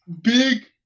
big